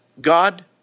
God